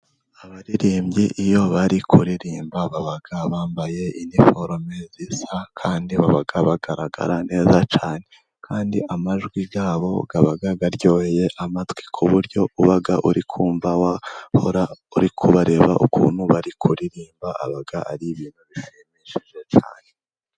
Abaririmbyi iyo bari kuririmba baba bambaye iniforume nziza, kandi baba bagaragara neza cyane. Kandi amajwi yabo aba yaryoheye amatwi, ku buryo uba uri kumva wahora uri kubareba ukuntu bari kuririmba aba ari ibintu bishimishije cyane.